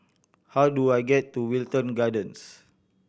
how do I get to Wilton Gardens